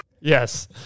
yes